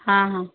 हा हा